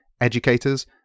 educators